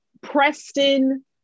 preston